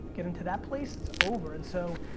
get into that place, it's over and so.